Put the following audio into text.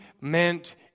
meant